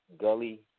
Gully